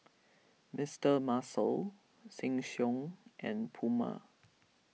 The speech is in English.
Mister Muscle Sheng Siong and Puma